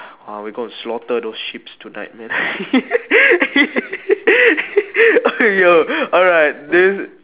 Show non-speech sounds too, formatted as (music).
uh we gonna slaughter those sheeps tonight man (laughs) oh yo alright this